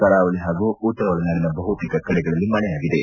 ಕರಾವಳಿ ಹಾಗೂ ಉತ್ತರ ಒಳನಾಡಿನ ಬಹುತೇಕ ಕಡೆಗಳಲ್ಲಿ ಮಳೆಯಾಗಿದೆ